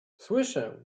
słyszę